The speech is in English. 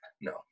No